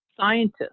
scientists